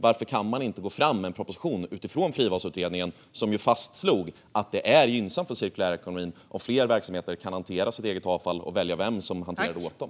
Varför kan man inte gå fram med en proposition utifrån frivalsutredningen, som ju fastslog att det är gynnsamt för cirkulärekonomin om fler verksamheter kan hantera sitt eget avfall och välja vem som hanterar det åt dem?